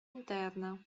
interna